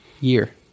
Year